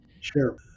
sure